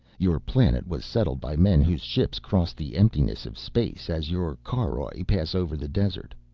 your planet was settled by men whose ships crossed the emptiness of space as your caroj pass over the desert.